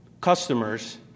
customers